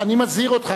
אני מזהיר אותך,